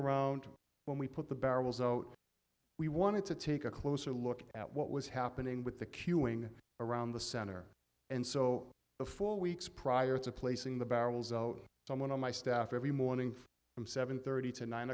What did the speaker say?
around when we put the barrels we wanted to take a closer look at what was happening with the queuing around the center and so the four weeks prior to placing the barrels out someone on my staff every morning from seven thirty to nine